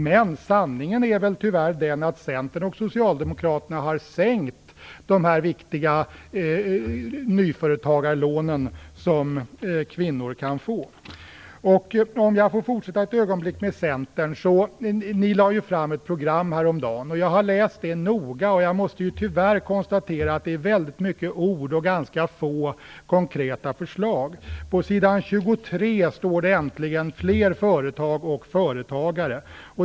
Men sanningen är väl tyvärr den att Centern och Socialdemokraterna har sänkt de viktiga nyföretagarlånen, som kvinnor kan få. Låt mig fortsätta med Centern. Ni lade ju fram ett program häromdagen. Jag har läst det noga och måste tyvärr konstatera att det är väldigt mycket ord och ganska få konkreta förslag. På s. 23 står det äntligen: "fler företag och företagare".